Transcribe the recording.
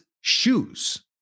shoes